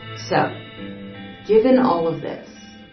so given all of this,